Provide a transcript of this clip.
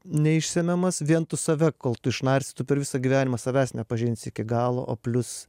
neišsemiamas vien tu save kol tu išnarstysi tu per visą gyvenimą savęs nepažinsi iki galo o plius